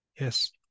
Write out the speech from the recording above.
Yes